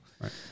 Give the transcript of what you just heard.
Right